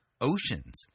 oceans